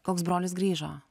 koks brolis grįžo